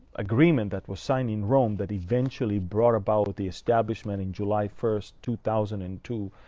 agreement that was signed in rome that eventually brought about with the establishment in july first, two thousand and two.